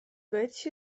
być